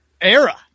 era